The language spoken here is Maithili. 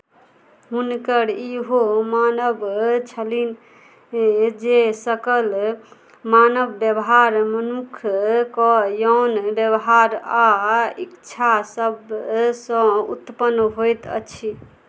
हुनकर इहो मानब छलनि कि जे सकल मानव व्यवहार मनुष्यके यौन व्यवहार आ इच्छा सभसँ उत्पन्न होइत अछि